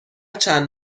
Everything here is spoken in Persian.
چند